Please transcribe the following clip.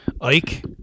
Ike